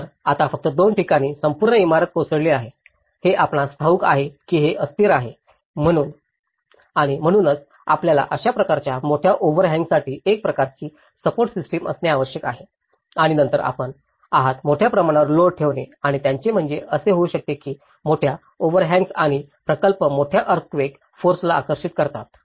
तर आता फक्त दोन ठिकाणी संपूर्ण इमारत कोसळली आहे हे आपणास ठाऊक आहे की हे अस्थिर आहे आणि म्हणूनच आपल्याला अशा प्रकारच्या मोठ्या ओव्हरहॅन्गसाठी एक प्रकारची सप्पोर्ट सिस्टिम असणे आवश्यक आहे आणि नंतर आपण आहात मोठ्या प्रमाणावर लोड ठेवणे आणि त्याचे म्हणणे असे होऊ शकते की मोठे ओव्हरहॅंग्ज आणि प्रकल्प मोठ्या अर्थक्वेक फोर्स ला आकर्षित करतात